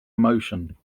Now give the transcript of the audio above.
emotion